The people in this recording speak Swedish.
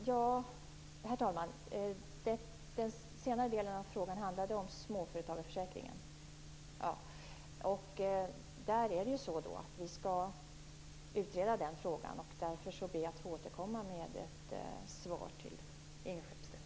Herr talman! Jag antar att den senare delen av frågan handlar om småföretagarförsäkringen. Vi skall utreda frågan, och därför ber jag att få återkomma med ett svar till Ingrid Skeppstedt.